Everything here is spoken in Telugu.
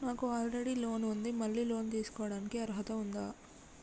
నాకు ఆల్రెడీ లోన్ ఉండి మళ్ళీ లోన్ తీసుకోవడానికి అర్హత ఉందా?